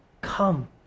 come